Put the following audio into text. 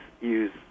use